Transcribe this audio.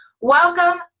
Welcome